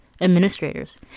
administrators